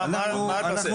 מה אתה עושה?